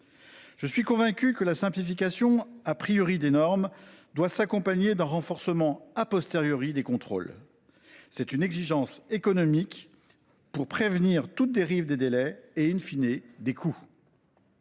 Je suis convaincu que la simplification des normes doit s’accompagner d’un renforcement des contrôles. C’est une exigence économique pour prévenir toute dérive des délais et,, des coûts.